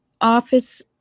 office